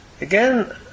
Again